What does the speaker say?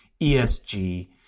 ESG